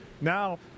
Now